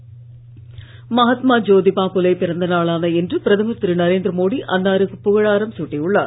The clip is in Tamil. மோடி வாழ்த்து மகாத்மா ஜோதிபா புலே பிறந்த நாளான இன்று பிரதமர் திரு நரேந்திர மோடி அன்னாருக்கு புகழாரம் சூட்டி உள்ளார்